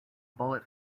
bullet